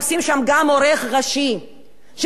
שזה יכול להיות חופשי ראש הממשלה שלנו.